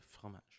fromage